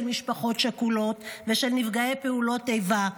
משפחות שכולות ושל נפגעי פעולות איבה,